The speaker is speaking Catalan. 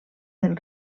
del